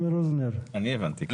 אני הבנתי.